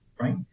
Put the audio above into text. right